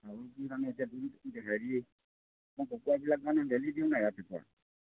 আৰু কি জানে এতিয়া হেৰি মই কুকুৰাবিলাক মানে মেলি দিওঁ নাই ৰাতিপুৱা